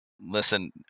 Listen